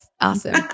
Awesome